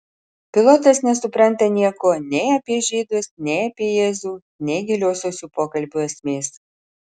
pilotas nesupranta nieko nei apie žydus nei apie jėzų nei giliosios jų pokalbio esmės